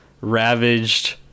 ravaged